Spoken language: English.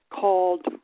called